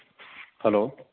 hello